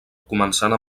començant